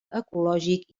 ecològic